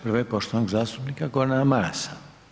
Prva je poštovanog zastupnika Gordana Marasa.